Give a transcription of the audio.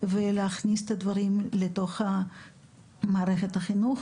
ולהכניס את הדברים לתוך מערכת החינוך.